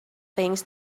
things